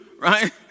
right